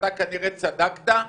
אתה כנראה צדקת,